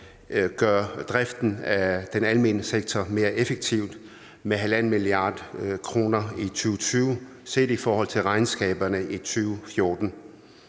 gøre driften af den almene sektor mere effektiv, nemlig med 1,5 mia. kr. i 2020 set i forhold til regnskaberne i 2014.